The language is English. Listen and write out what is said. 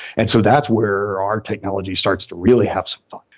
and so that's where our technology starts to really have some fun,